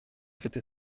fêter